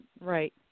right